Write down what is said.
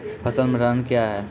फसल भंडारण क्या हैं?